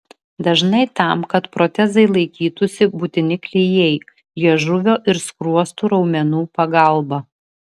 dažnai tam kad protezai laikytųsi būtini klijai liežuvio ir skruostų raumenų pagalba